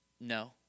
no